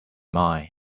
mind